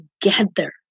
together